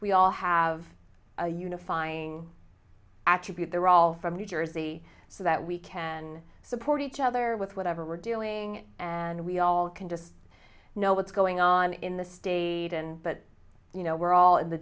we all have a unifying attribute they're all from new jersey so that we can support each other with whatever we're doing and we all can just know what's going on in the state and but you know we're all in the